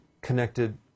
connected